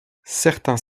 certains